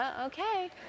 okay